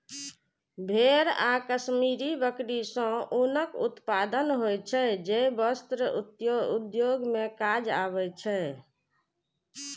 भेड़ आ कश्मीरी बकरी सं ऊनक उत्पादन होइ छै, जे वस्त्र उद्योग मे काज आबै छै